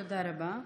תודה רבה.